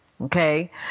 okay